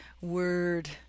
Word